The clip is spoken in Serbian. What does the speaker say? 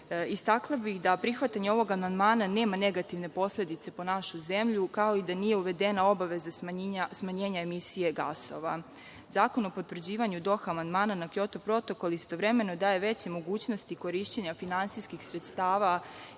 bih da prihvatanje ovog amandmana nema negativne posledice po našu zemlju, kao i da nije uvedena obaveza smanjenja emisije gasova. Zakon o potvrđivanju Doha amandmana na Kjoto protokol istovremeno daje veće mogućnosti korišćenja finansijskih sredstava